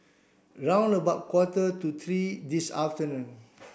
round about quarter to three this afternoon